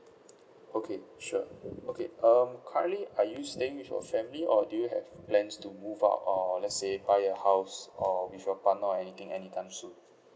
okay sure okay um currently are you staying with your family or do you have plans to move out or let's say buy a house or with your partner or anything anytime soon